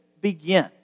begin